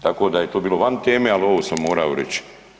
Tako da je to bilo van teme, ali ovo sam morao reći.